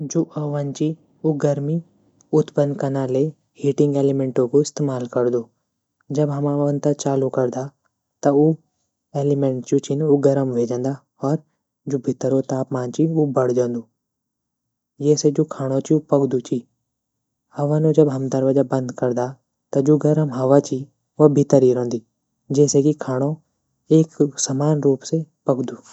जू ओवन च गर्मी उत्पन्न कना ले हिःटिःग एलीमैंटो कू इस्तेमाल करदू। जब हम ओवन थै इस्तेमाल करदा तब हिटिंग ऐलीमैंट गर्म ह्वे जांदा अर जू भितर तापमान च ऊ बढ जांदू। ये जू खाणू चू ऊ पकदू च ओवन थै जब हम बंद करदा जो गर्म हवा च ऊ भितर ही रैंदी। जैसे जू खाणू च समान रूप से पकदू च।